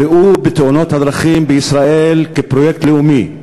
ראו בתאונות הדרכים בישראל פרויקט לאומי.